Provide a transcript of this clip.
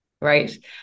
right